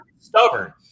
stubborn